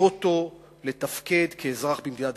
אותו לתפקד כאזרח במדינה דמוקרטית.